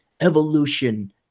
evolution